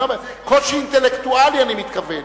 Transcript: קושי אינטלקטואלי אני מתכוון.